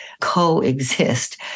co-exist